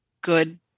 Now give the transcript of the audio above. good